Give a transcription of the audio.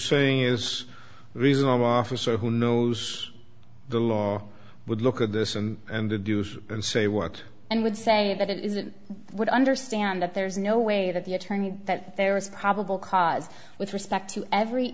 saying is reasonable for so who knows the law would look at this and to do so and say what and would say but it isn't what i understand that there's no way that the attorney that there was probable cause with respect to every